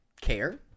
care